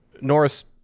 Norris